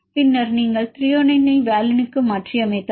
பின்னர் நீங்கள் Thrஐ வாலினுக்கு மாற்றியமைத்தீர்கள்